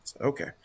Okay